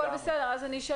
בסדר, אז אני אשאל